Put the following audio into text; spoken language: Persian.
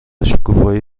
شکوفایی